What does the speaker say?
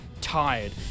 tired